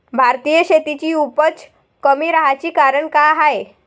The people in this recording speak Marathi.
भारतीय शेतीची उपज कमी राहाची कारन का हाय?